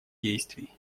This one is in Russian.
действий